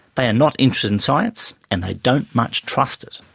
they are not interested in science and they don't much trust it.